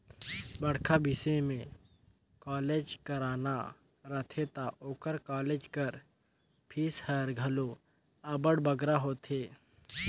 बड़खा बिसे में कॉलेज कराना रहथे ता ओकर कालेज कर फीस हर घलो अब्बड़ बगरा होथे